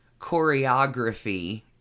Choreography